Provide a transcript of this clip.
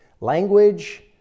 Language